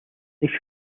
they